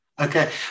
Okay